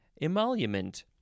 emolument